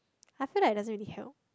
I feel like doesn't really help